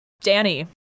Danny